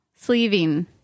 sleeving